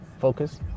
focus